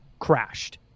crashed